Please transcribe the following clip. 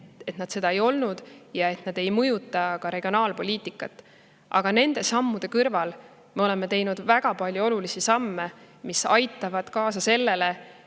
et need seda ei olnud ja et need ei mõjuta ka regionaalpoliitikat. Aga nende sammude kõrval me oleme teinud väga palju olulisi samme, mis aitavad kaasa sellele,